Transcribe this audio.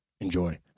Enjoy